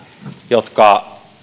jotka